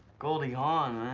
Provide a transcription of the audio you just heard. goldie hawn,